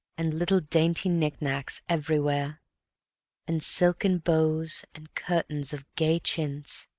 and little dainty knick-knacks everywhere and silken bows and curtains of gay chintz.